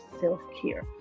self-care